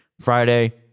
Friday